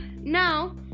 now